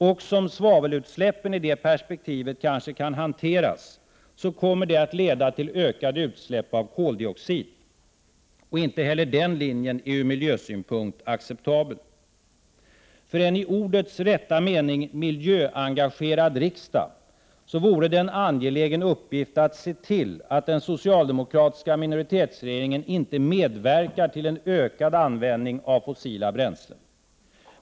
Också om svavelutsläppen i det tidsperspektivet kan klaras kommer den att leda till ökade utsläpp av koldioxid. Inte heller den linjen är ur miljösynpunkt acceptabel. För en i ordets rätta mening miljöengagerad riksdag vore det en angelägen uppgift att se till att den socialdemokratiska minoritetsregeringen inte medverkar till en ökad användning av fossila bränslen.